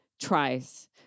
tries